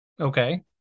Okay